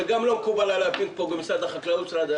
גם לא מקובל עליי הפינג-פונג בין משרד החקלאות למשרד האוצר.